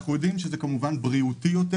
אנחנו יודעים שזה כמובן בריאותי יותר,